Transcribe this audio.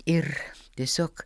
ir tiesiog